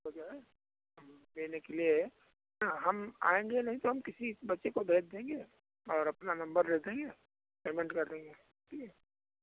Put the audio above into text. वो जो है हम देने के लिए हम आएंगे नहीं तो हम किसी बच्चे को भेज देंगे और अपना नम्बर दे देंगे पेमेंट कर देंगे ठीक है